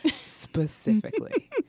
specifically—